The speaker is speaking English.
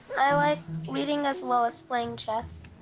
i like reading as well as playing chess.